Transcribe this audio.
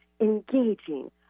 engaging